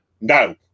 No